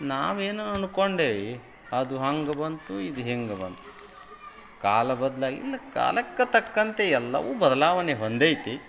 ನಾವು ಏನೋ ಅನ್ಕೊಂಡೇವಿ ಅದು ಹಂಗೆ ಬಂತು ಇದು ಹಿಂಗೆ ಬಂತು ಕಾಲ ಬದಲಾಗಿಲ್ಲ ಕಾಲಕ್ಕೆ ತಕ್ಕಂತೆ ಎಲ್ಲವೂ ಬದ್ಲಾವಣೆ ಹೊಂದೈತಿ